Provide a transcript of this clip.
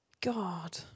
God